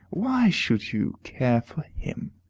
why should you care for him!